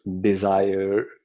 desire